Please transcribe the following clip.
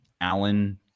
Allen